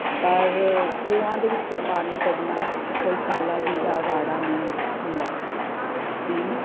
ਪਰ ਖੂਹਾਂ ਦੇ ਵਿੱਚੋਂ ਪਾਣੀ ਕੱਢਣਾ ਕੋਈ ਖਾਲਾ ਜੀ ਦਾ ਵਾੜਾ ਨਹੀਂ ਹੁੰਦਾ ਸੀ